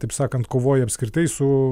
taip sakant kovoja apskritai su